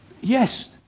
Yes